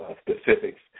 specifics